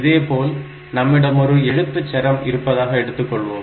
இதேபோல் நம்மிடம் ஒரு எழுத்துச்சரம் இருப்பதாக எடுத்துக்கொள்வோம்